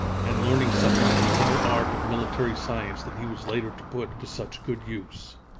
and learning something of the inner art of military science that he was later to put to such good use.